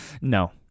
no